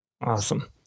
Awesome